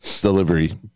Delivery